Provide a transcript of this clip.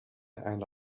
and